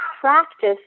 practice